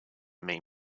main